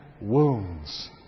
wounds